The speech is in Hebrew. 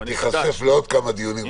ותיחשף לעוד כמה דיונים רציניים.